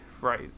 Right